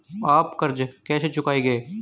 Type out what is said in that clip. आप कर्ज कैसे चुकाएंगे?